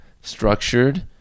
structured